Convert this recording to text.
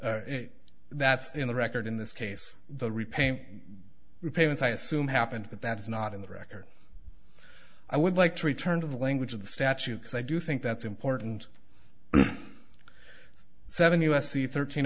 case that's in the record in this case the repayment repayments i assume happened but that is not in the record i would like to return to the language of the statute because i do think that's important seven u s c thirteen